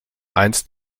einst